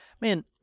man